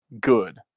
good